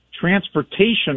Transportation